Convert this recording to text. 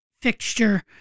fixture